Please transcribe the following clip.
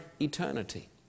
Eternity